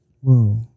Whoa